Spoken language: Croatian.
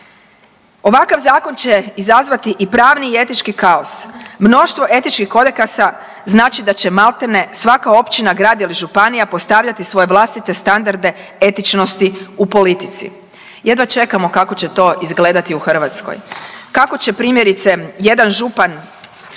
Ovakav zakon će izazvati i pravni i etički kaos. Mnoštvo etičkih kodekasa znači da će maltene svaka općina, grad ili županija postavljati svoje vlastite standarde etičnosti u politici. Jedva čekamo kako će to izgledati u Hrvatskoj. Kako će primjerice, jedan župan,